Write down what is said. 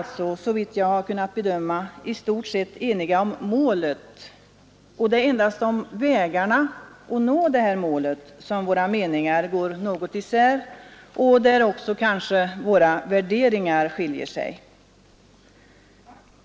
Såvitt jag kunnat bedöma är vi alltså i stort sett eniga om målet, och det är endast om vägarna att nå detta mål som våra meningar går något isär och våra värderingar kanske skiljer sig.